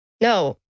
No